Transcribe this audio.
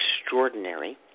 extraordinary